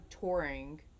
touring